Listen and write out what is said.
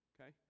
Okay